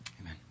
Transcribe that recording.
Amen